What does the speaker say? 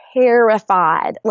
terrified